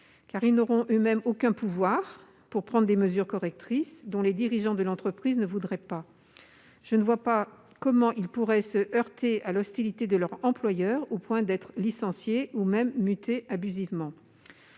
Elles n'auront effectivement aucun pouvoir pour prendre des mesures correctrices dont les dirigeants de l'entreprise ne voudraient pas. Je ne vois donc pas comment elles pourraient se heurter à l'hostilité de leur employeur, au point d'être licenciées ou même mutées abusivement.